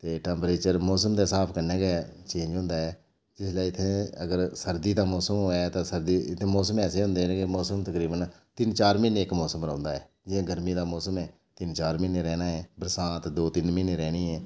ते टैम्परेचर मौसम दे स्हाब कन्नै गै चेंज होंदा ऐ ते जिसलै इत्थै अगर सर्दी दा मौसमं होऐ तां सर्दी इत्थै मौसम ऐसे होंदे न कि तकरीवन तिन्न चार म्हीने इक मौसम रौंह्दा ऐ जियां गर्मी दा मौसम ऐ तिन्न चार म्हीने रौह्ना ऐ बरसांत दो तिन्न म्हीने रौह्नी ऐ